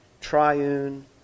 triune